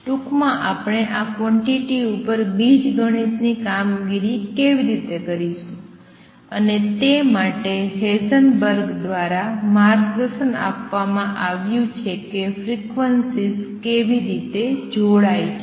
ટૂંકમાં આપણે આ ક્વોંટીટી ઉપર બીજગણિત ની કામગીરી કેવી રીતે કરીશું અને તે માટે હેઇઝનબર્ગ દ્વારા માર્ગદર્શન આપવામાં આવ્યું કે ફ્રીક્વન્સીઝ કેવી રીતે જોડાય છે